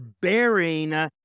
bearing